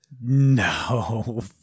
No